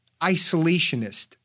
isolationist